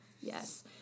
yes